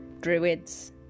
Druids